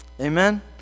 Amen